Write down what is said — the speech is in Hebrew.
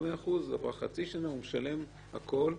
עברה חצי שנה, הוא משלם הכול,